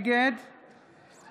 נגד מוסי רז, נגד אפרת